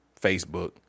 Facebook